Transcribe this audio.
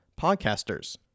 podcasters